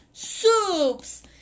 soups